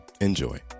enjoy